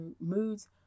moods